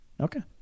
Okay